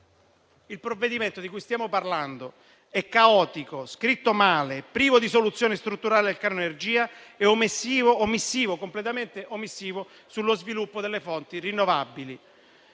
il provvedimento di cui stiamo parlando è caotico, scritto male, privo di soluzioni strutturali al caro energia e completamente omissivo sullo sviluppo delle fonti rinnovabili.